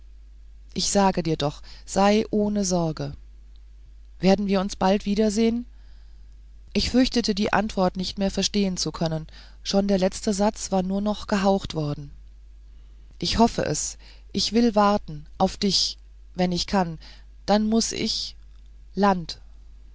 ich sage dir doch sei ohne sorge werden wir uns bald wiedersehen ich fürchtete die antwort nicht mehr verstehen zu können schon der letzte satz war nur noch gehaucht worden ich hoffe es ich will warten auf dich wenn ich kann dann muß ich land